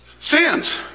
Sins